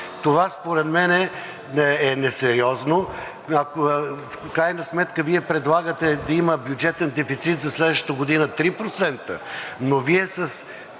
Това според мен е несериозно. В крайна сметка Вие предлагате да има бюджетен дефицит за следващата година 3%, но с